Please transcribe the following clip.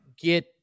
get